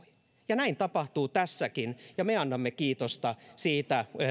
ja näin tapahtuu tässäkin ja me kokoomuksena annamme kiitosta siitä